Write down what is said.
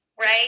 right